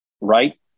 Right